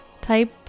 type